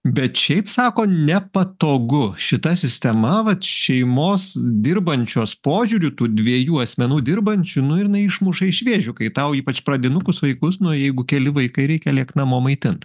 bet šiaip sako nepatogu šita sistema vat šeimos dirbančios požiūriu tų dviejų asmenų dirbančių nu ir jinai išmuša iš vėžių kai tau ypač pradinukus vaikus nu jeigu keli vaikai reikia lėkt namo maitint